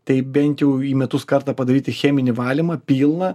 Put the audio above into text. tai bent jau į metus kartą padaryti cheminį valymą pilną